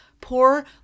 poor